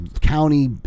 county